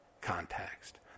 context